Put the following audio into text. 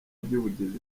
by’ubugizi